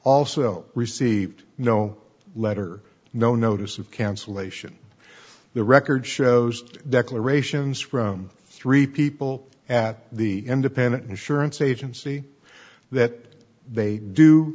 also received no letter no notice of cancellation the record shows declarations from three people at the independent insurance agency that they do